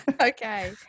Okay